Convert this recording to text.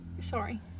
Sorry